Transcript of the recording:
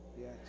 Yes